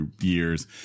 years